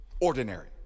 ordinary